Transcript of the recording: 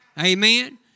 Amen